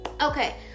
Okay